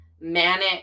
manic